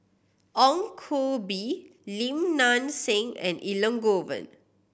Ong Koh Bee Lim Nang Seng and Elangovan